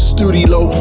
Studio